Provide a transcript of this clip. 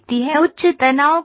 उच्च तनाव कहाँ हैं